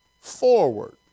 forward